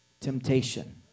Temptation